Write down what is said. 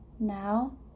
Now